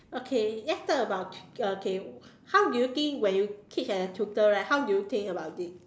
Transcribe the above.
okay let's talk about okay how do you think when you teach at the tutor right how do you think about it